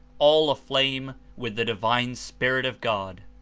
all aflame with the divine spirit of god!